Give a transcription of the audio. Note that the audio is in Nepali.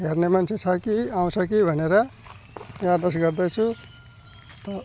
हेर्ने मान्छे छ कि आउँछ कि भनेर यादस्त गर्दैछु त